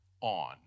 on